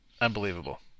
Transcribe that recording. unbelievable